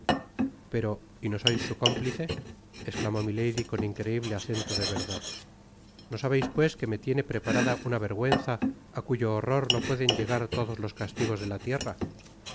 pero y no sois su cómplice esclamó milady con increible acento de verdad no sabeis pues que me tiene preparada una vergüenza á cuyo horror no pueden llegar todos los castigos de la tierra